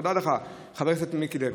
תודה לך, חבר הכנסת מיקי לוי.